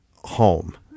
home